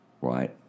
right